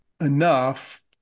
enough